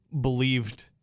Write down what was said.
believed